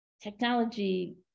technology